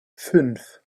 fünf